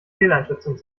fehleinschätzung